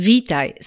Witaj